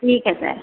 ठीक है सर